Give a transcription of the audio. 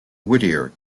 whittier